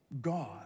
God